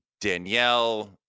Danielle